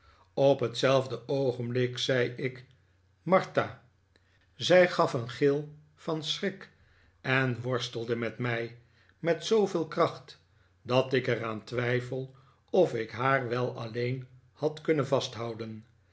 op hetzelfde oogenblik zei ik martha zij gaf een gil van schrik en worstelde met mij met zooveel kracht dat ik er aan twijfel of ik haar wel alleen had kunnen vasthouden